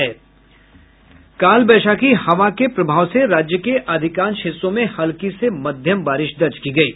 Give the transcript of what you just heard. प्रदेश में काल वैशाखी हवा के प्रभाव से राज्य के अधिकांश हिस्सों में हल्की से मध्यम बारिश दर्ज की गयी